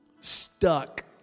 stuck